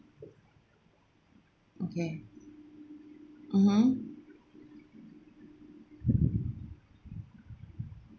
okay mmhmm